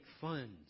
funds